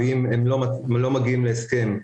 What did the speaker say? אם הוא לא מגיע להסכם,